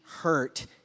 hurt